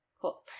cool